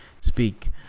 speak